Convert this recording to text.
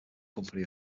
company